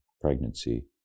pregnancy